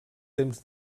temps